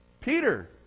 Peter